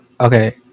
Okay